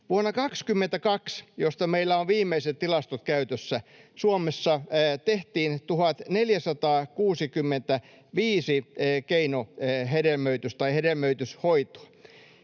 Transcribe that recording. Vuonna 22, josta meillä on viimeiset tilastot käytössä, Suomessa tehtiin 1 465 hedelmöityshoitoa.